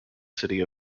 city